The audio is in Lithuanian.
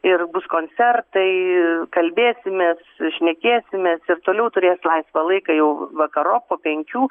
ir bus koncertai kalbėsimės šnekėsimės ir toliau turės laisvą laiką jau vakarop po penkių